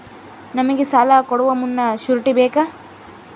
ನಮಗೆ ಸಾಲ ಕೊಡುವ ಮುನ್ನ ಶ್ಯೂರುಟಿ ಬೇಕಾ?